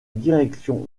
direction